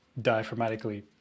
diaphragmatically